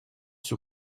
sur